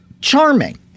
charming